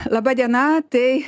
laba diena tai